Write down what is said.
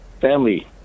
family